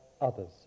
others